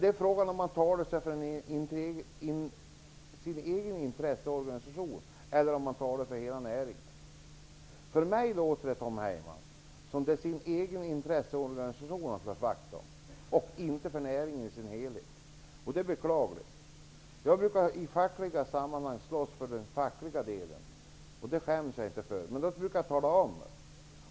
Frågan är dock om han talar för sin egen intresseorganisation eller om han talar för hela näringen. Jag tycker att det låter som om Tom Heyman slår vakt om sin egen intresseorganisation och inte näringen i dess helhet. Det är beklagligt. I fackliga sammanhang brukar jag slåss för den fackliga delen. Det skäms jag inte för. Men jag brukar tala om det.